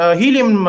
helium